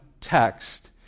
text